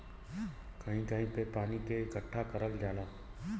कहीं कहीं पे पानी के इकट्ठा करल जाला